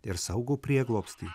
ir saugų prieglobstį